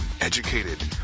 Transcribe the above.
educated